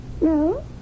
No